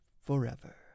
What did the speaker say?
forever